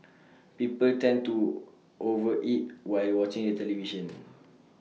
people tend to over eat while watching the television